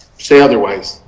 see otherwise.